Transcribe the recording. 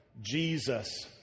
Jesus